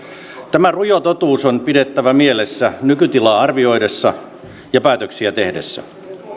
tämä rujo totuus on pidettävä mielessä nykytilaa arvioidessa ja päätöksiä tehdessä